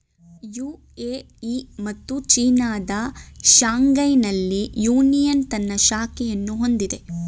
UAE ಮತ್ತು ಚೀನಾದ ಶಾಂಘೈನಲ್ಲಿ ಯೂನಿಯನ್ ತನ್ನ ಶಾಖೆಯನ್ನು ಹೊಂದಿದೆ